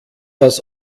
das